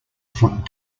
foot